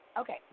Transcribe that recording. Okay